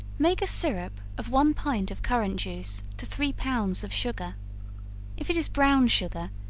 make a syrup of one pint of currant juice to three pounds of sugar if it is brown sugar,